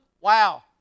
Wow